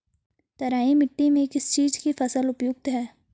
तराई मिट्टी में किस चीज़ की फसल उपयुक्त है?